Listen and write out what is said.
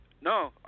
No